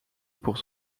pour